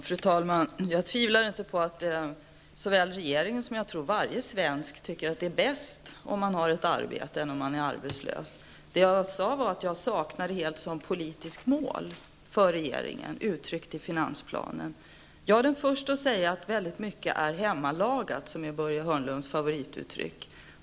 Fru talman! Jag tvivlar inte på att regeringen, liksom varje svensk tror jag, tycker att det är bäst om man har ett arbete i stället för att vara arbetslös. Jag sade att det helt saknades som politiskt mål för regeringen uttryckt i finansplanen. Jag är den första att säga att mycket är hemmalagat, som ju är Börje Hörnlunds favorituttryck.